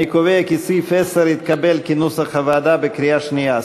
אני קובע כי סעיף 10 התקבל כנוסח הוועדה בקריאה שנייה.